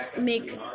make